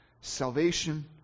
Salvation